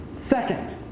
Second